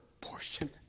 portion